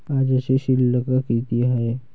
आजची शिल्लक किती हाय?